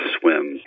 swim